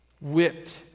whipped